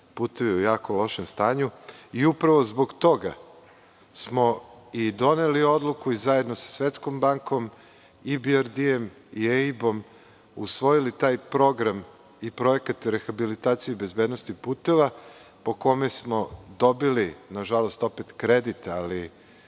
putevi u jako lošem stanju. Upravo zbog toga smo doneli odluku i zajedno sa Svetskom bankom i BRD-em i EIB-om usvojili taj Program i projekat rehabilitacije bezbednosti puteva, po kome smo dobili, nažalost, opet kredit, ali